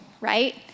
right